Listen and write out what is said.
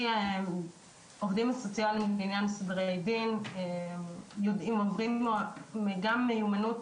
העובדים הסוציאליים לעניין סדרי דין עוברים גם מיומנות